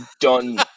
done